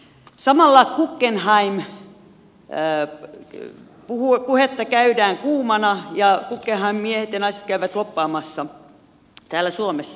samalla guggenheim puhetta käydään kuumana ja guggenheim miehet ja naiset käyvät lobbaamassa täällä suomessa